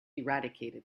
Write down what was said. eradicated